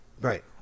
right